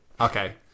Okay